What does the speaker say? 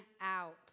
out